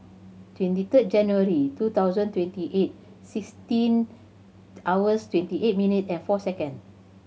twenty third January two thousand twenty eight sixteen hours twenty eight minute and four second